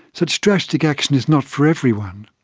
such drastic action is not for everyone.